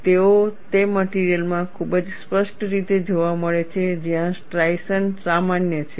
તેઓ તે મટિરિયલ માં ખૂબ જ સ્પષ્ટ રીતે જોવા મળે છે જ્યાં સ્ટ્રાઇશન સામાન્ય છે